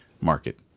market